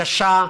קשה,